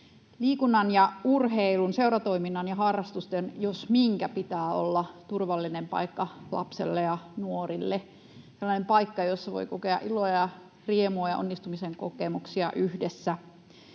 Liikunnan ja urheilun seuratoiminnan ja harrastusten jos minkä pitää olla turvallinen paikka lapsille ja nuorille, sellainen paikka, jossa voi kokea iloa ja riemua ja onnistumisen kokemuksia yhdessä.